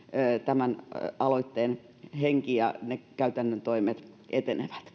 tämän aloitteen henki ja ne käytännön toimet etenevät